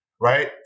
right